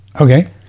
Okay